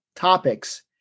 Topics